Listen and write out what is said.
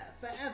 Forever